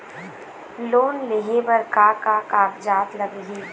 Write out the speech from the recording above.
Loan लेहे बर का का कागज लगही?